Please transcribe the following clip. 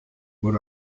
what